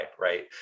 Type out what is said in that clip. right